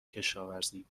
کشاورزی